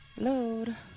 Load